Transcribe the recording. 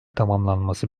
tamamlanması